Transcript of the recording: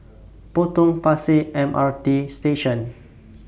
Potong Pasir M R T Station